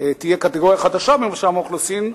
תהיה קטגוריה חדשה במרשם האוכלוסין,